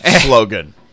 slogan